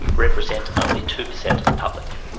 represent only two per cent of the public,